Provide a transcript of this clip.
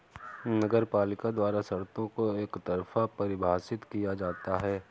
नगरपालिका द्वारा शर्तों को एकतरफा परिभाषित किया जाता है